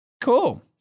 Cool